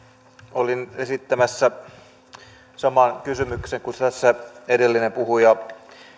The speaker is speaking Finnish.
olin esittämässä saman kysymyksen kuin tässä edellinen puhuja